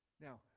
Now